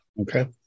Okay